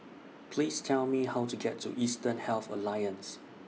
Please Tell Me How to get to Eastern Health Alliance